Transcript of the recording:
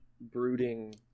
brooding